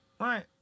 Right